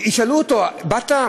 ישאלו אותו: באת?